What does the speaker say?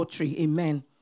Amen